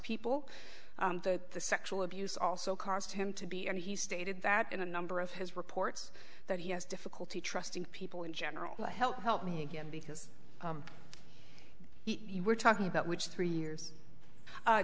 people that the sexual abuse also caused him to be and he stated that in a number of his reports that he has difficulty trusting people in general help help me because you were talking about which three years